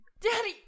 Daddy